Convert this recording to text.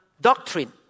doctrine